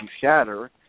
shatter